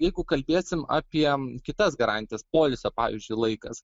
jeigu kalbėsim apie kitas garantijas poilsio pavyzdžiui laikas